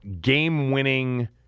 game-winning